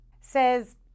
Says